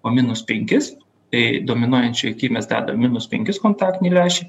po minus penkis tai dominuojančioj aky mes dedam minus penkis kontaktinį lęšį